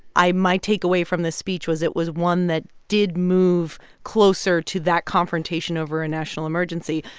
i my takeaway from the speech was it was one that did move closer to that confrontation over a national emergency.